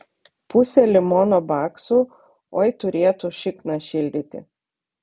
pusė limono baksų oi turėtų šikną šildyti